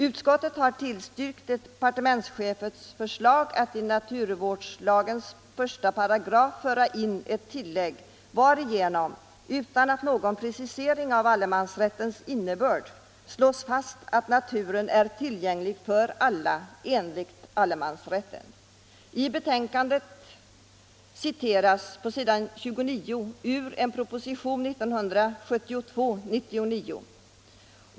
Utskottet har tillstyrkt departementschefens förslag att i 18 naturvårdslagen införs ett tillägg, varigenom — utan någon precisering av allemansrättens innebörd — slås fast att naturen är tillgänglig för alla enligt allemansrätten. I betänkandet citeras på s. 29 ur propositionen 99 år 1972.